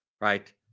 right